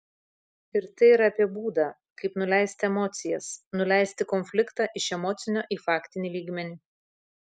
ir tai yra apie būdą kaip nuleisti emocijas nuleisti konfliktą iš emocinio į faktinį lygmenį